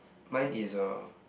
mine is uh